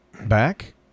back